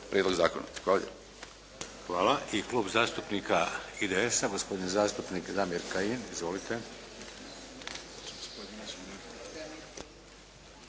Hvala.